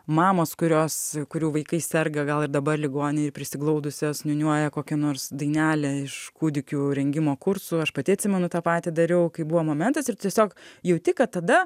mamos kurios kurių vaikai serga gal ir dabar ligoninėj prisiglaudusios niūniuoja kokią nors dainelę iš kūdikių rengimo kursų aš pati atsimenu tą patį dariau kai buvo momentas ir tiesiog jauti kad tada